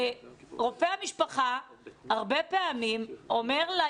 קופות החולים אומרים,